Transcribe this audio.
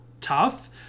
tough